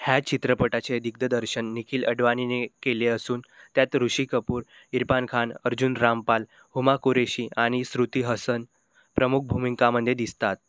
ह्या चित्रपटाचे दिग्दर्शन निखिल अडवाणीने केले असून त्यात ऋषी कपूर इरफान खान अर्जुन रामपाल हुमा कुरेशी आणि श्रुती हसन प्रमुख भूमिकांमध्ये दिसतात